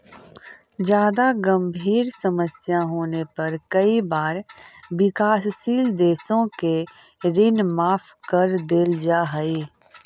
जादा गंभीर समस्या होने पर कई बार विकासशील देशों के ऋण माफ कर देल जा हई